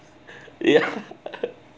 ya